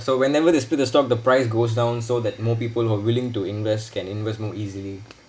so whenever they split the stock the price goes down so that more people who are willing to invest can invest more easily